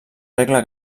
regla